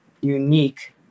unique